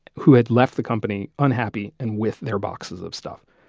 who had left the company unhappy and with their boxes of stuff.